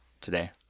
today